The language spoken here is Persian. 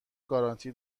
گارانتی